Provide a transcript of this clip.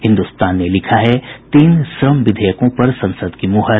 हिन्दुस्तान ने लिखा है तीन श्रम विधेयकों पर संसद की मुहर